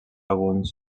alguns